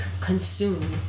consume